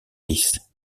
lisses